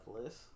list